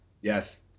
Yes